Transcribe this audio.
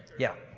yeah,